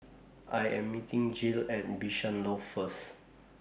I Am meeting Jill At Bishan Loft First